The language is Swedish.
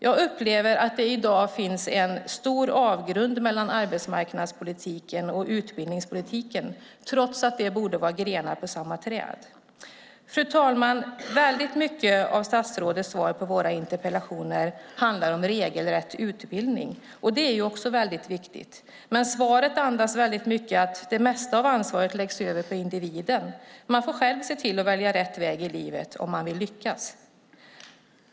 Jag upplever att det i dag finns en stor avgrund mellan arbetsmarknadspolitiken och utbildningspolitiken, trots att de borde vara grenar på samma träd. Fru talman! Mycket av statsrådets svar på våra interpellationer handlar om regelrätt utbildning, och det är också viktigt. Men svaret andas mycket att det mesta av ansvaret läggs över på individen: Man får själv se till att välja rätt väg i livet om man vill lyckas.